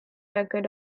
record